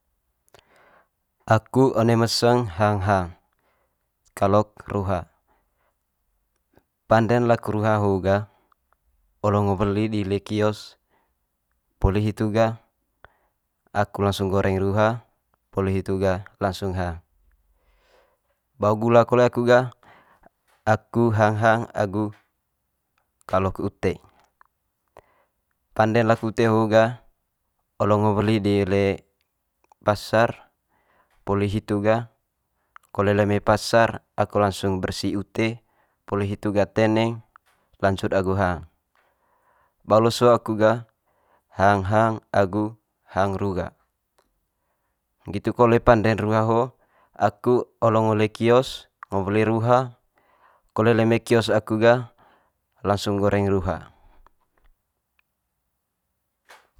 Aku one meseng hang hang kalok ruha. Pande'n laku ruha ho gah olo ngo weli di le kios, poli hitu gah aku langsung goreng ruha, poli hitu gah langsung hang. bao gula kole aku gah aku hang hang agu kalok ute. Pande'n laku ute ho gah olo ngo weli de le pasar poli hitu gah kole le mai pasar, aku langsung bersi ute, poli hitu gah teneng lanjut agu hang. Bao leso aku gah hang hang agu rugha, nggitu kole pande'n ruha ho aku olo ngo le kios ngo weli ruha, kole le mai kios aku gah langsung goreng ruha.